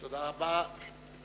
תודה רבה.